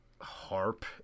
harp